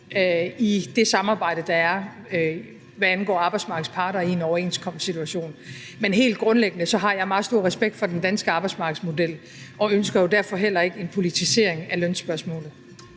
i det samarbejde, der er, hvad angår arbejdsmarkedets parter, i en overenskomstsituation. Men helt grundlæggende har jeg meget stor respekt for den danske arbejdsmarkedsmodel og ønsker jo derfor heller ikke en politisering af lønspørgsmålet.